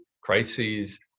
crises